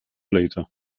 later